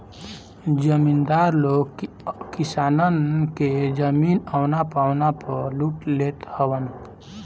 जमीदार लोग किसानन के जमीन औना पौना पअ लूट लेत हवन